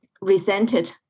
resented